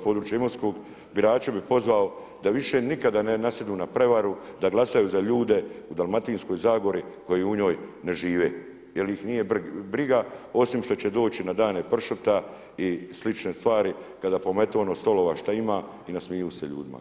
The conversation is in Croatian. s područja Imotskog birače bi pozvao da više nikada ne nasjednu na prevaru da glasaju za ljude u Dalmatinskoj zagori koji u njoj ne žive jel ih nije briga osim što će doći na Dane pršuta i slične stvari kada pometu ono stolova što ima i nasmiju se ljudima.